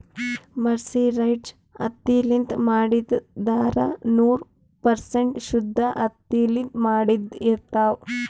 mercerized ಹತ್ತಿಲಿಂತ್ ಮಾಡಿದ್ದ್ ಧಾರಾ ನೂರ್ ಪರ್ಸೆಂಟ್ ಶುದ್ದ್ ಹತ್ತಿಲಿಂತ್ ಮಾಡಿದ್ದ್ ಇರ್ತಾವ್